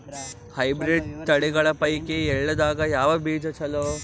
Hybrid ತಳಿಗಳ ಪೈಕಿ ಎಳ್ಳ ದಾಗ ಯಾವ ಬೀಜ ಚಲೋ?